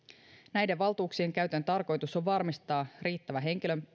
näiden valtuuksien käytön tarkoitus on varmistaa riittävä